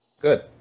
Good